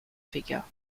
figure